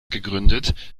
gegründet